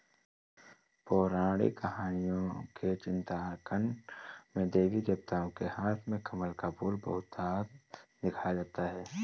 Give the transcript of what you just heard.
पौराणिक कहानियों के चित्रांकन में देवी देवताओं के हाथ में कमल का फूल बहुधा दिखाया जाता है